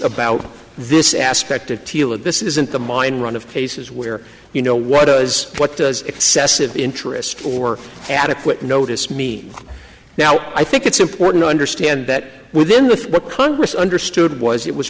about this aspect of teal and this isn't the mind run of cases where you know what does what does excessive interest for adequate notice me now i think it's important to understand that within with what congress understood was it was